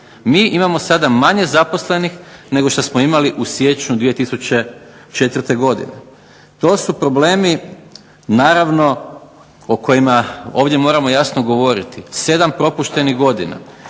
Mi imamo sada manje zaposlenih nego šta smo imali u siječnju 2004. godine. To su problemi, naravno o kojima ovdje moramo jasno govoriti, 7 propuštenih godina,